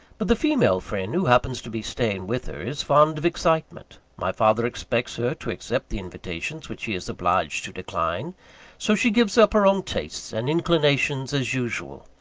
but the female friend who happens to be staying with her, is fond of excitement my father expects her to accept the invitations which he is obliged to decline so she gives up her own tastes and inclinations as usual,